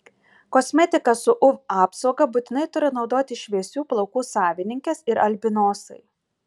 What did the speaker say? kosmetiką su uv apsauga būtinai turi naudoti šviesių plaukų savininkės ir albinosai